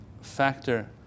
factor